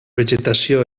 vegetació